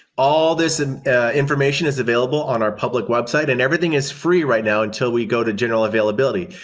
all this and information is available on our public website and everything is free right now until we go to general availability.